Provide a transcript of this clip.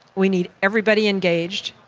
we need everybody engaged.